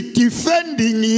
defending